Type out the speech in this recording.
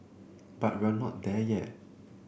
but we're not there yet